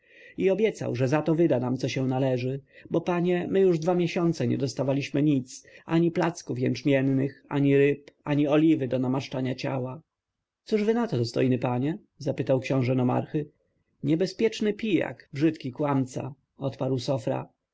i obiecał że zato wyda nam co się należy bo panie my już dwa miesiące nie dostawaliśmy nic ani placków jęczmiennych ani ryb ani oliwy do namaszczania ciała cóż wy na to dostojny panie zapytał książę nomarchy niebezpieczny pijak brzydki kłamca odparł sofra